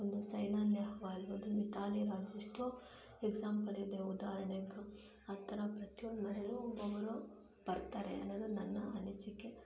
ಒಂದು ಸೈನಾ ನೆಹ್ವಾಲ್ ಒಂದು ಮಿಥಾಲಿ ರಾಜ್ ಎಷ್ಟೋ ಎಕ್ಸಾಂಪಲಿದೆ ಉದಾರಣೆಗಳು ಆ ಥರ ಪ್ರತಿಯೊಂದು ಮನೆಯಲ್ಲೂ ಒಬ್ಬೊಬ್ಬರು ಬರ್ತಾರೆ ಅನ್ನೋದು ನನ್ನ ಅನಿಸಿಕೆ